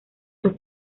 sus